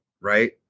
right